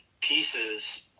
pieces